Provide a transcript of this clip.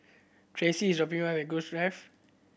Tressie is dropping me off at Grove Drive